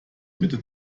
mitte